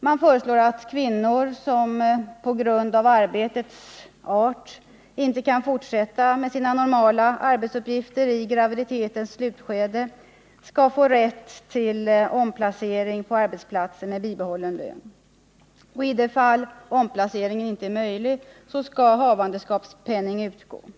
Man föreslår att kvinnor som på grund av arbetets art inte kan fortsätta med sina normala arbetsuppgifter i graviditetens slutskede skall få rätt till omplacering på arbetsplatsen med bibehållen lön. I de fall omplacering inte är möjlig skall havandeskapspenning utgå.